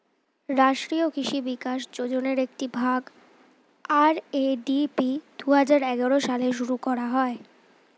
রাষ্ট্রীয় কৃষি বিকাশ যোজনার একটি ভাগ, আর.এ.ডি.পি দুহাজার এগারো সালে শুরু করা হয়